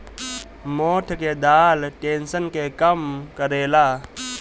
मोठ के दाल टेंशन के कम करेला